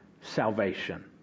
salvation